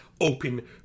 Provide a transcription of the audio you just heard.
open